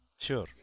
Sure